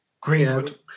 Greenwood